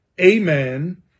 amen